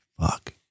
fuck